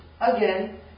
again